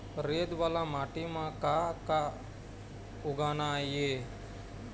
रेत वाला माटी म का का उगाना ये?